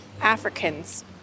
Africans